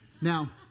Now